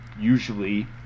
usually